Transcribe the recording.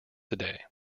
today